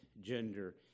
gender